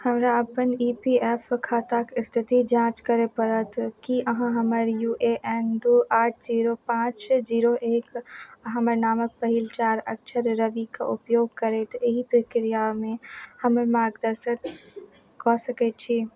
हमरा अपन E P F O खाताक स्थिति जाँच करय पड़त की अहाँ हमर यू ए एन दू आठ जीरो पाँच जीरो एक हमर नामक पहिल चारि अक्षर रवि कऽ उपयोग करैत एहि प्रक्रियामे हमर मार्गदर्शन कऽ सकय छी